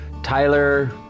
Tyler